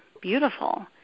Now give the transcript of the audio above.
beautiful